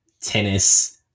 tennis